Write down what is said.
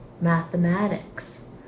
mathematics